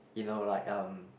you know like um